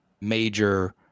major